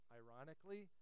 ironically